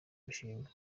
imishinga